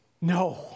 No